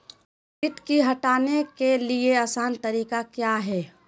किट की हटाने के ली आसान तरीका क्या है?